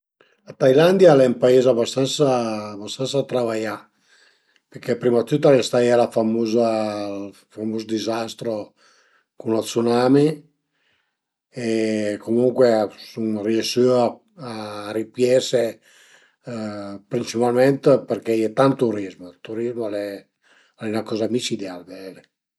Ades mi sun ën camin che parlu piemunteis, piemunteis dizuma pi che piemunteis, al e ël türineis cul li che parlu mi perché piemunteis a ie diverse cualità dë pronuncia, për ezempi da Asti a Cuni la cadensa e ël cozu a cambia, ma mi ades sun li che parlu ël türineis